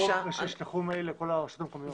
שישלחו מייל לכל הרשויות המקומיות.